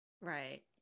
Right